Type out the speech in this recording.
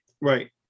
right